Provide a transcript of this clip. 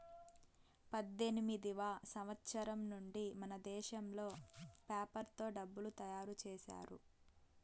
పద్దెనిమిదివ సంవచ్చరం నుండి మనదేశంలో పేపర్ తో డబ్బులు తయారు చేశారు